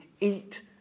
eat